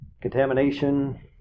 contamination